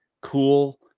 cool